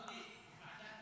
דודי, בוועדת